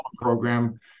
program